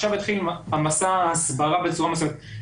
ועכשיו יתחיל מסע ההסברה בצורה מסודרת.